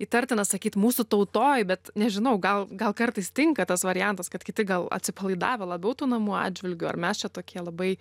įtartina sakyt mūsų tautoj bet nežinau gal gal kartais tinka tas variantas kad kiti gal atsipalaidavę labiau tų namų atžvilgiu ar mes čia tokie labai